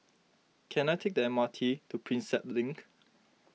can I take the M R T to Prinsep Link